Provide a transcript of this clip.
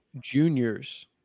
juniors